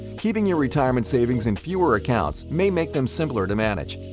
keeping your retirement savings in fewer accounts may make them simpler to manage.